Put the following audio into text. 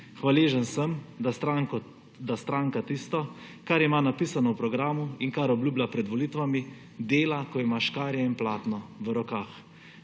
Hvaležen sem, da stranka tisto, kar ima napisano v programu in kar obljublja pred volitvami, dela, ko ima škarje in platno v rokah.